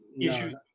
issues